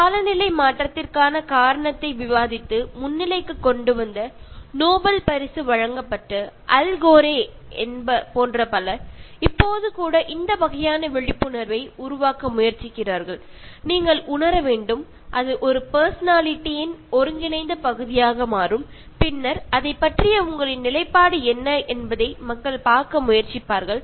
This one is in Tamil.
காலநிலை மாற்றத்திற்கான காரணத்தை விவாதித்து முன்னிலைக்குக் கொண்டுவந்த நோபல் பரிசு வழங்கப்பட்ட அல் கோரைப் போன்ற பலர் இப்போது கூட இந்த வகையான விழிப்புணர்வை உருவாக்க முயற்சிக்கிறார்கள் நீங்கள் உணர வேண்டும் அது ஒரு பர்சனாலிட்டி யின் ஒருங்கிணைந்த பகுதியாக மாறும் பின்னர் அதைப் பற்றிய உங்களின் நிலைப்பாடு என்ன என்பதை மக்கள் பார்க்க முயற்சிப்பார்கள்